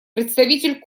представитель